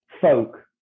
folk